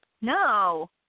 No